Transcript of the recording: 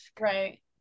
Right